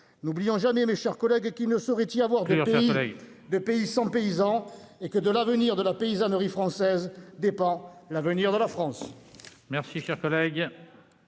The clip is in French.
N'oubliez jamais, mes chers collègues, qu'il ne saurait y avoir de pays sans paysans et que de l'avenir de la paysannerie française dépend l'avenir de la France.